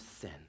sin